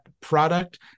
product